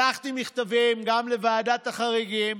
שלחתי מכתבים גם לוועדת החריגים,